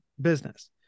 business